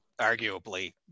arguably